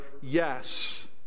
yes